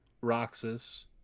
Roxas